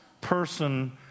person